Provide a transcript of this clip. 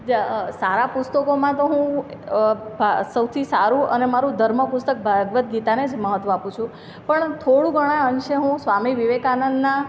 સારા પુસ્તકોમાં તો હું સૌથી સારું અને મારું ધર્મ પુસ્તક ભાગવદ્ ગીતાને જ મહત્ત્વ આપું છું પણ થોડું ઘણા અંશે હું સ્વામી વિવેકાનંદનાં